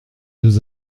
deux